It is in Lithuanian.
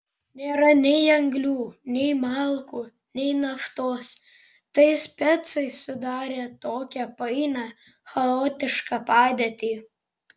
nėra nei anglių nei malkų nei naftos tai specai sudarė tokią painią chaotišką padėtį